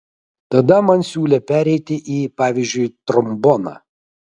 tada man siūlė pereiti į pavyzdžiui tromboną